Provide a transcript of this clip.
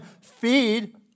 feed